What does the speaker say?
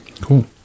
cool